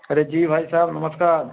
अरे जी भाईसाहब नमस्कार